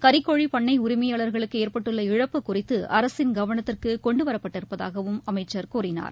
கறிக்கோழி பண்ணை உரிமையாளர்களுக்கு ஏற்பட்டுள்ள இழப்பு குறித்து அரசின் கவனத்திற்கு கொண்டு வரப்பட்டிருப்பதாகவும் அமைச்சர் கூறினார்